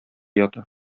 ята